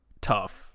tough